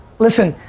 listen